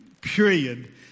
period